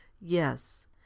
Yes